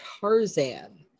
Tarzan